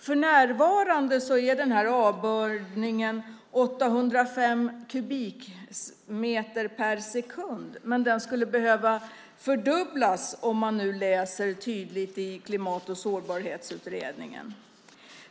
För närvarande är avbördningen 805 kubikmeter per sekund, men den skulle behöva fördubblas enligt Klimat och sårbarhetsutredningen.